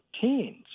teens